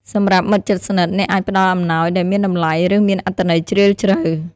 សម្រាប់មិត្តជិតស្និទ្ធ អ្នកអាចផ្តល់អំណោយដែលមានតម្លៃ ឬមានអត្ថន័យជ្រាលជ្រៅ។